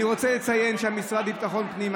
אני רוצה לציין שהמשרד לביטחון פנים,